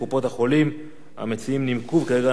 המציעים נימקו, וכעת אנחנו מקבלים את תשובת השר.